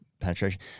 penetration